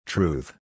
Truth